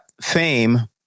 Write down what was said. fame